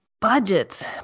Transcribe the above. Budgets